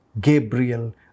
Gabriel